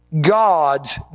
God's